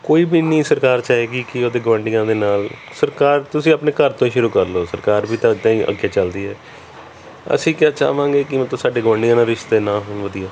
ਕੋਈ ਵੀ ਨਹੀਂ ਸਰਕਾਰ ਚਾਹਵੇਗੀ ਕਿ ਉਹਦੇ ਗੁਆਂਡੀਆਂ ਦੇ ਨਾਲ ਸਰਕਾਰ ਤੁਸੀਂ ਆਪਣੇ ਘਰ ਤੋਂ ਹੀ ਸ਼ੁਰੂ ਕਰ ਲਓ ਸਰਕਾਰ ਵੀ ਤਾਂ ਇੱਦਾਂ ਹੀ ਅੱਗੇ ਚੱਲਦੀ ਹੈ ਅਸੀਂ ਕਿਆ ਚਾਹਵਾਂਗੇ ਕਿ ਮਤਲਵ ਸਾਡੇ ਗੁਆਂਡੀਆਂ ਨਾਲ ਰਿਸ਼ਤੇ ਨਾ ਹੋਣ ਵਧੀਆ